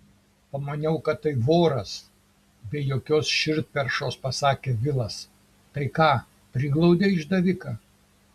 pamaniau kad tai voras be jokios širdperšos pasakė vilas tai ką priglaudei išdaviką